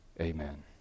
Amen